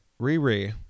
riri